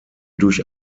durch